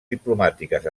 diplomàtiques